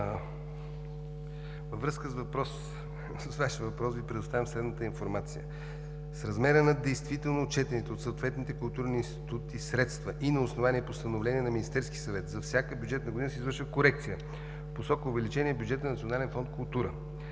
във връзка с Вашия въпрос Ви предоставям следната информация. С размера на действително отчетените от съответните културни институти средства и на основание Постановление на Министерския съвет за всяка бюджетна година се извършва корекция в посока увеличение бюджета на Национален фонд „Култура“.